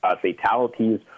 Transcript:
fatalities